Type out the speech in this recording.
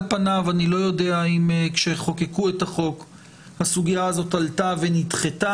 על פניו אני לא יודע אם כשחוקקו את החוק הסוגיה הזאת עלתה ונדחתה.